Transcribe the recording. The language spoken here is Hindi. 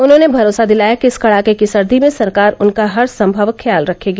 उन्होंने भरोसा दिलाया कि इस कड़ाके की सर्दी में सरकार उनका हरसंभव ख्याल रखेगी